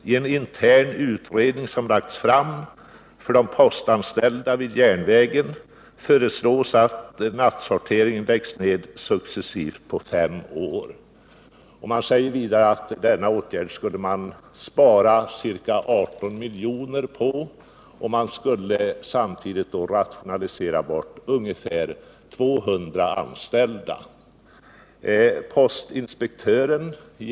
I en intern utredning som lagts fram för de postanställda vid järnvägen föreslås att nattsorteringen läggs ned successivt på fem år.” Vidare framhålls att man genom denna åtgärd skulle spara ca 18 milj.kr., varvid samtidigt ungefär 200 anställda skulle rationaliseras bort.